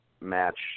match